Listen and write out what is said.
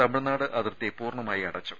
തമിഴ്നാട് അതിർത്തി പൂർണമായി അടച്ചു